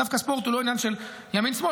דווקא ספורט הוא לא עניין של ימין שמאל.